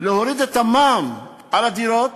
להוריד את המע"מ על הדירות,